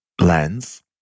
lens